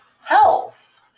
health